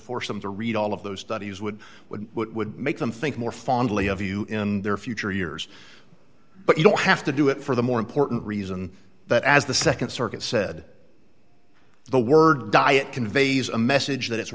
force them to read all of those studies would would would make them think more fondly of you in their future years but you don't have to do it for the more important reason that as the nd circuit said the word diet conveys a message that it's